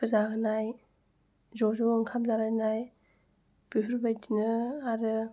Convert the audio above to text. फुजा होनाय ज' ज' ओंखाम जालायनाय बेफोरबायदिनो आरो